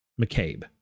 McCabe